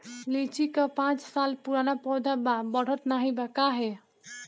लीची क पांच साल पुराना पौधा बा बढ़त नाहीं बा काहे?